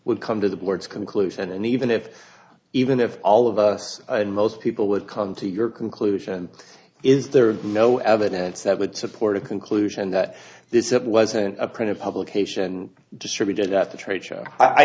would come to the boards conclusion and even if even if all of us and most people would come to your conclusion is there no evidence that would support a conclusion that this it wasn't a print publication distributed at the trade show i